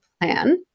plan